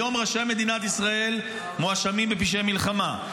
היום ראשי מדינת ישראל מואשמים בפשעי מלחמה.